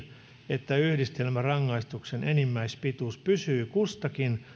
että yhdistelmärangaistuksen enimmäispituus pysyy kustakin